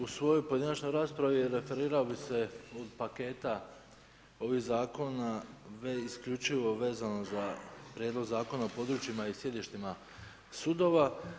U svojoj pojedinačnoj raspravi referirao bih se od paketa ovih zakona isključivo vezano za Prijedlog zakona o područjima i sjedištima sudova.